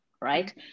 right